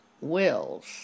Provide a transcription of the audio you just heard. wills